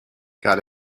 got